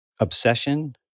obsession